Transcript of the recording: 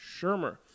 Shermer